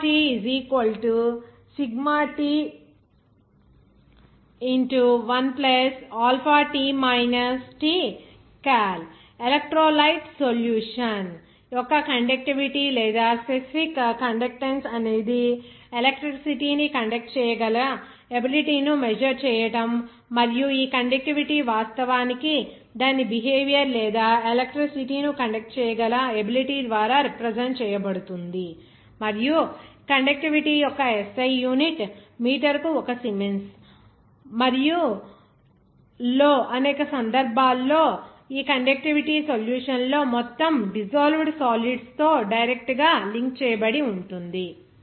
TTcal1T Tcal electrolyte solution యొక్క ఈ conductivity లేదా స్పెసిఫిక్ కండెక్టన్స్ అనేది ఎలక్ట్రిసిటీ ను కండక్ట్ చేయగల ఎబిలిటీ ను మెజర్ చేయడం మరియు ఈ కండక్టివిటీ వాస్తవానికి దాని బిహేవియర్ లేదా ఎలక్ట్రిసిటీ ను కండక్ట్ చేయగల ఎబిలిటీ ద్వారా రిప్రజెంట్ చేయబడుతుంది మరియు కండక్టివిటీ యొక్క SI యూనిట్ మీటరుకు ఒక సిమెన్స్ మరియు లో అనేక సందర్భాల్లో ఈ కండక్టివిటీ సొల్యూషన్ లో మొత్తం డిసొల్వెడ్ సాలీడ్స్ తో డైరెక్ట్ గా లింక్ చేయబడి ఉంటుంది